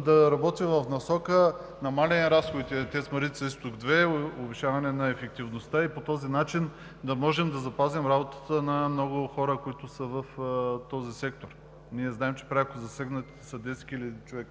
да работим в посока на намаляване на разходите на ТЕЦ „Марица- изток 2“ и повишаване на ефективността – по този начин да можем да запазим работата на много хора, които са в този сектор. Знаем, че пряко засегнатите са 10 хиляди души.